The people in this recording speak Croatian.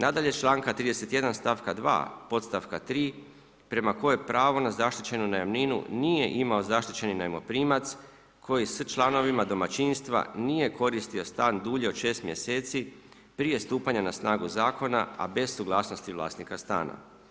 Nadalje iz članka 31. stavka 2. postavka 3. prema kojem pravo na zaštićenu najamninu nije imao zaštićeni najmoprimac koji sa članovima domaćinstva nije koristio stan dulje od 6 mjeseci prije stupanja na snagu zakona a bez suglasnosti vlasnika stana.